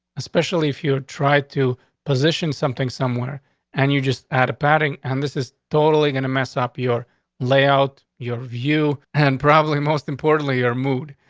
especially if you tried to position something somewhere and you just add a padding. and this is totally gonna mess up your layout, your view and probably most importantly, your mood,